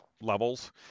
levels